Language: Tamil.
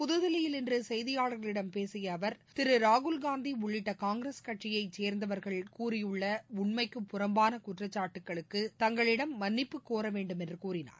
புதுதில்லியில் இன்று செய்தியாளர்களிடம் பேசிய அவர் திரு ராகுல் காந்த உள்ளிட்ட காங்கிரஸ் கட்சியை சேர்ந்தவர்கள் கூறியுள்ள உண்மைக்கு புறம்பாள குற்றச்சாட்டுகளுக்கு தங்களிடம் மன்ளிப்பு கோர வேண்டும் என்று கூறினார்